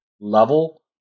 level